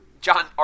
John